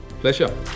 Pleasure